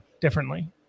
differently